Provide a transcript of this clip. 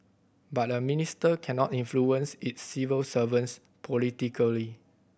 but a minister cannot influence his civil servants politically